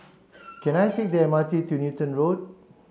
can I take the M R T to Newton Road